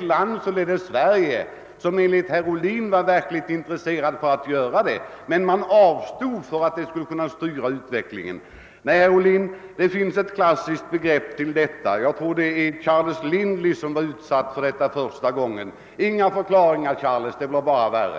land — Sverige — var enligt herr Ohlin intresserat av détta, men avstod från att driva saken eftersom man inte ville styra utvecklingen i de andra länderna.. Det finns ett klassiskt uttryck, som jag tror första gången användes mot Charles Lindley: »Inga förklaringar, Charles, det blir bara värre!»